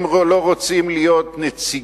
הם לא רוצים להיות נציגי